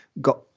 got